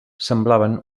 semblaven